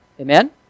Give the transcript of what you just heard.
Amen